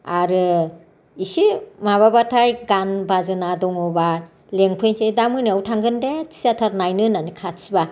आरो एसे माबाबाथाय गान बाजना दङबा लिंफैनोसै दा मोनायाव थांगोन दे थियेटार नायनो होनना खाथिबा